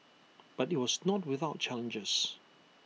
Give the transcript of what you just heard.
but IT was not without challenges